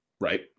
right